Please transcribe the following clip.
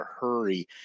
hurry